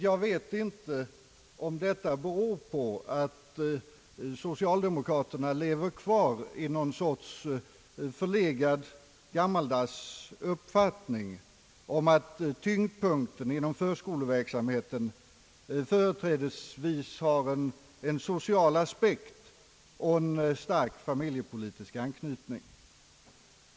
Jag vet inte om detta beror på att socialdemokraterna lever kvar i något slags förlegad och gammaldags uppfattning om att tyngdpunkten inom förskoleverksamheten företrädesvis har en social aspekt och en stark familjepolitisk anknytning.